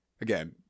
again